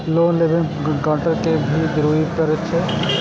Loan लेबे में guarantor के भी जरूरी परे छै?